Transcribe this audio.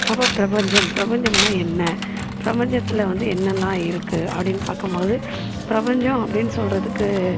அப்போது பிரபஞ்சம் பிரபஞ்சமுன்னா என்ன பிரபஞ்சத்தில் வந்து என்னெல்லாம் இருக்குது அப்படின்னு பார்க்கும் போது பிரபஞ்சம் அப்படின்னு சொல்கிறதுக்கு